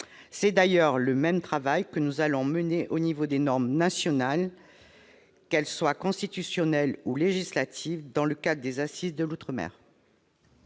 C'est d'ailleurs le même travail que nous allons mener concernant les normes nationales, qu'elles soient constitutionnelles ou législatives, dans le cadre des assises des outre-mer.